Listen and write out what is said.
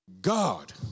God